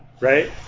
Right